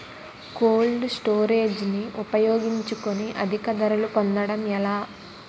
Cold storage ని ఉపయోగించుకొని అధిక ధరలు పొందడం ఎలా?